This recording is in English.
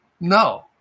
No